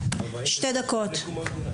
שתי דקות.